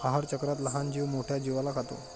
आहारचक्रात लहान जीव मोठ्या जीवाला खातो